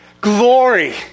Glory